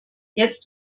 jetzt